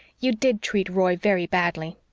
you did treat roy very badly.